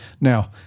Now